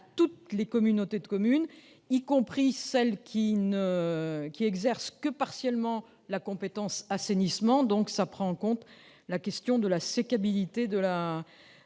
toutes les communautés de communes, y compris celles qui n'exercent que partiellement la compétence « assainissement ». La question de la sécabilité de la